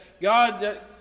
God